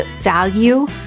value